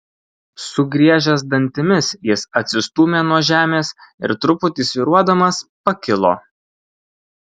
sugriežęs dantimis jis atsistūmė nuo žemės ir truputį svyruodamas pakilo